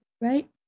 right